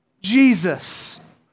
Jesus